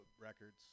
Records